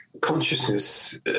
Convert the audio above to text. consciousness